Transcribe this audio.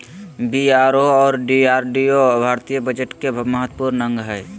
BRO और DRDO भारतीय budget के महत्वपूर्ण अंग हय